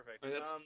perfect